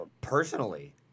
personally